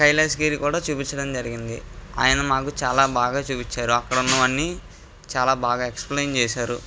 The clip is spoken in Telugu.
కైలాసగిరి కూడా చూపించడం జరిగింది ఆయన మాకు చాలా బాగా చూపించారు అక్కడ ఉన్నవన్నీ చాలా బాగా ఎక్సప్లయిన్ చేశారు